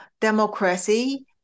democracy